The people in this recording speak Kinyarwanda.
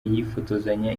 yifotozanya